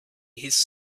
his